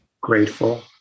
grateful